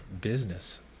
business